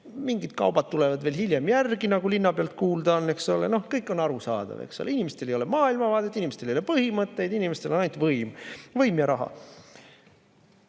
mingid kaubad tulevad veel hiljem järele, nagu linnapealt kuulda on, eks ole. Kõik on arusaadav – inimestel ei ole maailmavaadet, inimestel ei ole põhimõtteid, inimestel on ainult võim. Võim ja raha.